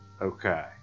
Okay